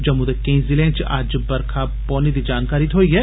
जम्मू दे केई जिले च अज्ज बरखा पौने दी जानकारी थ्होई ऐ